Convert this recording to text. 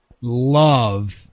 love